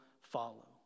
follow